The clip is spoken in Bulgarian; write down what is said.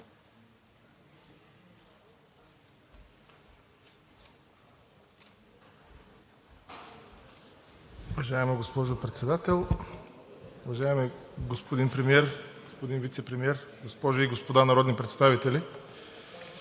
Уважаема госпожо Председател, уважаеми господин Премиер, уважаеми господин Вицепремиер, госпожи и господа народни представители!